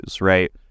right